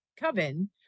Coven